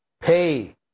pay